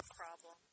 problem